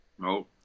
No